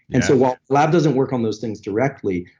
and so, while lab doesn't work on those things directly,